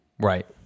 right